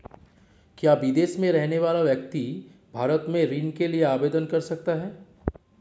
क्या विदेश में रहने वाला व्यक्ति भारत में ऋण के लिए आवेदन कर सकता है?